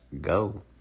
go